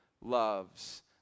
loves